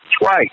twice